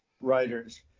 writers